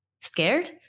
scared